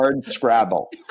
scrabble